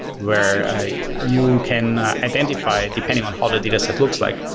where you can identify depending on how the data set looks like,